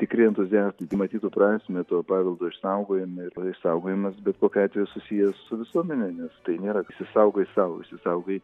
tikri entuziastai matytų prasmę to paveldo išsaugojime ir išsaugojimas bet kokiu atveju susijęs su visuomene nes tai nėra išsisaugai sau išsisaugai